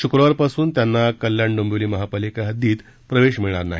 शुक्रवारपासून त्यांना कल्याण डोंबिवली महापालिका हद्दीत प्रवेश मिळणार नाही